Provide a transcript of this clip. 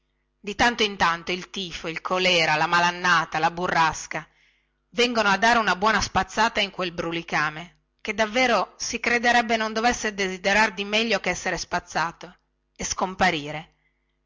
di tanto in tanto il tifo il colèra la malannata la burrasca vengono a dare una buona spazzata in quel brulicame che davvero si crederebbe non dovesse desiderar di meglio che esser spazzato e scomparire